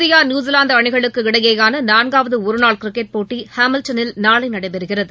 India New Zealand அணிகளுக்கிடையேயான நான்காவது ஒருநாள் கிரிக்கெட் போட்டி ஹாமில்டனில் நாளை நடைபெறுகிறது